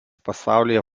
pasaulyje